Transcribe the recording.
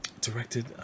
directed